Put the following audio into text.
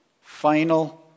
final